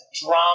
drama